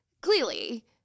clearly